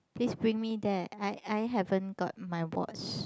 please bring me there I I haven't got my watch